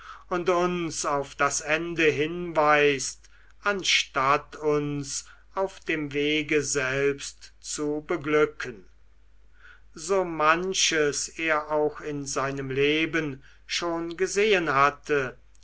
und uns auf das ende hinweist anstatt uns auf dem wege zu beglücken so manches er auch in seinem leben schon gesehen hatte